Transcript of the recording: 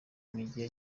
mujyi